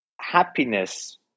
happiness